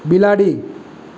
બિલાડી